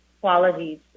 qualities